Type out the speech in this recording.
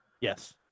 yes